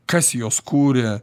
kas juos kūrė